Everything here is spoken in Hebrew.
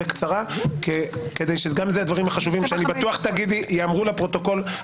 כדי שהדברים החשובים שאני בטוח שתאמרו ייאמרו לפרוטוקול.